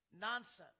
nonsense